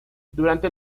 durante